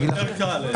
זה יותר קל.